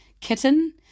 kitten